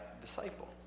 disciple